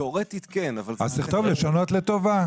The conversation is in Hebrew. תיאורטית כן, אבל --- אז תכתוב לשנות לטובה.